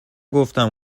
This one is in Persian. گفتم